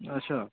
अच्छा